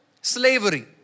slavery